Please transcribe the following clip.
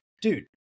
dude